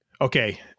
Okay